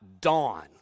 dawn